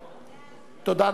תודה.